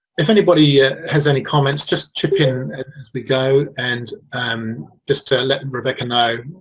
if anybody yeah has any comments just chip in as we go and um just ah let and rebecca know.